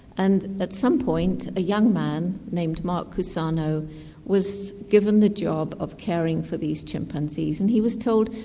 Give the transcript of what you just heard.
and at some point a young man named marc cusano was given the job of caring for these chimpanzees, and he was told,